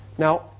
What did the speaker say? Now